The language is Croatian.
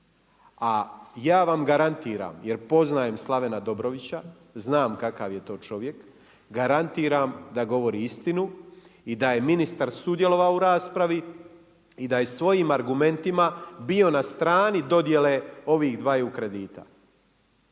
A ja vam garantiram jer poznajem Slavena Dobrovića, znam kakav je to čovjek, garantiram da govori istinu i da je ministar sudjelovao u raspravi i da je svojim argumentima bio na strani dodjele ovih dvaju kredita.